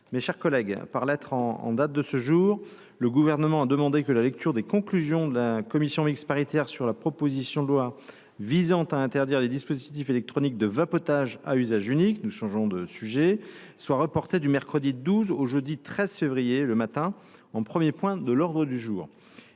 Mes chers collègues, par lettre en date de ce jour, le Gouvernement a demandé que la lecture des conclusions de la commission mixte paritaire sur la proposition de loi visant à interdire les dispositifs électroniques de vapotage à usage unique soit reportée du mercredi 12 au jeudi 13 février, le matin, en premier point de l’ordre du jour.